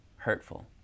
Hurtful